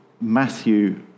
Matthew